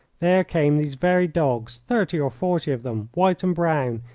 there came these very dogs, thirty or forty of them, white and brown,